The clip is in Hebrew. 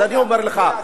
אז אני אומר לך,